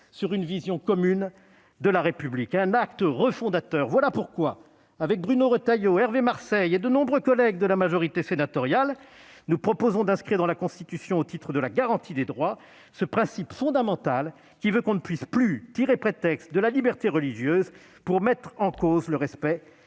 sur une vision commune de la République : un acte refondateur. Voilà pourquoi Bruno Retailleau, Hervé Marseille, de nombreux collègues de la majorité sénatoriale et moi-même proposons d'inscrire dans la Constitution, au titre de la garantie des droits, ce principe fondamental qui veut qu'on ne puisse plus tirer prétexte de la liberté religieuse pour mettre en cause le respect